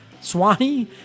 Swanny